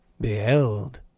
beheld